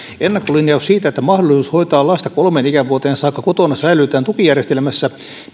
ennakkolinjaus siitä että mahdollisuus hoitaa lasta kolmeen ikävuoteen saakka kotona säilytetään tukijärjestelmässä